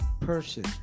person